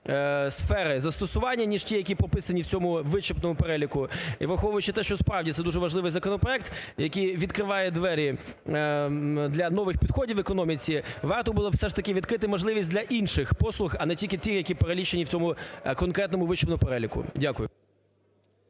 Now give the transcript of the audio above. сфери застосування, ніж ті, які прописані в цьому вичерпному переліку. І враховуючи те, що, справді, це дуже важливий законопроект, який відкриває двері для нових підходів в економіці, варто було б все ж таки відкрити можливість для інших послуг, а не тільки ті, які перелічені в цьому конкретному вичерпаному переліку. Дякую.